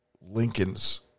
Lincoln's